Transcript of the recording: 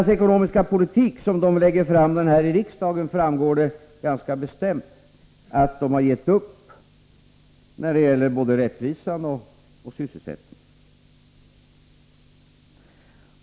Av den ekonomiska politik som de lägger fram i riksdagen framgår det ganska klart att de har gett upp när det gäller både rättvisan och sysselsättningen.